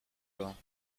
well